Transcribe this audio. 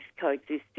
coexisting